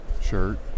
shirt